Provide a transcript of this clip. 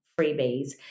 freebies